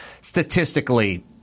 statistically